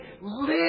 Live